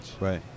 right